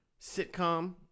sitcom